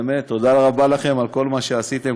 באמת תודה רבה לכם על כל מה שעשיתם,